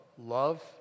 love